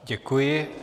Děkuji.